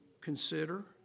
consider